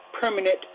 permanent